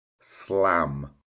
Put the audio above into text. slam